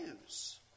news